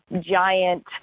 giant